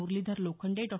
Muralidhar Lokhande Dr